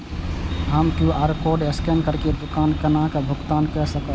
हम QR code scan करके दुकान केना भुगतान काय सकब?